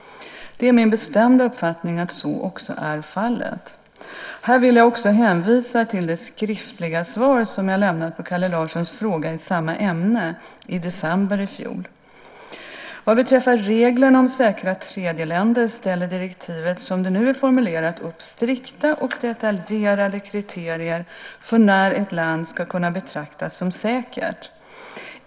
Det är min bestämda uppfattning att så också är fallet. Här vill jag också hänvisa till det skriftliga svar som jag lämnat på Kalle Larssons fråga i samma ämne i december i fjol. Vad beträffar reglerna om säkra tredjeländer ställer direktivet som det nu är formulerat upp strikta och detaljerade kriterier för när ett land ska kunna betraktas som säkert.